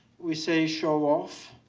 we say show off.